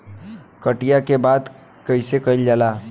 कटिया के बाद का कइल जाला?